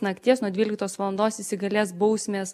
nakties nuo dvyliktos valandos įsigalės bausmės